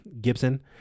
gibson